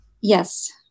Yes